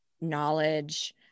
knowledge